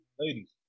ladies